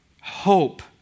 hope